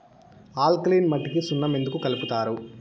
alkaline మట్టికి సున్నం ఎందుకు కలుపుతారు